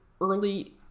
early